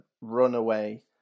runaway